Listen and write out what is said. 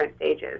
stages